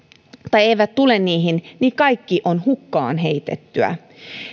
tai eivät tule niihin niin kaikki on hukkaan heitettyä